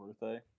birthday